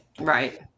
Right